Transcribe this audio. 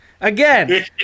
Again